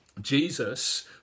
Jesus